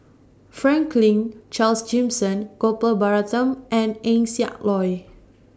Franklin Charles Gimson Gopal Baratham and Eng Siak Loy